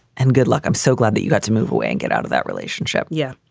and good luck. i'm so glad that you got to move away and get out of that relationship. yeah.